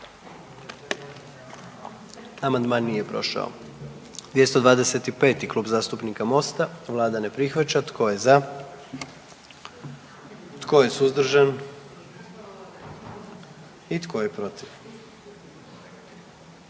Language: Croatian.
sastavni dio zakona. 44. Kluba zastupnika SDP-a, vlada ne prihvaća. Tko je za? Tko je suzdržan? Tko je protiv?